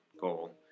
goal